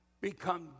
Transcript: become